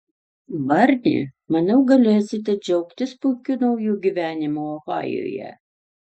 barni manau galėsite džiaugtis puikiu nauju gyvenimu ohajuje